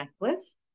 necklace